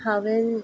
हांवें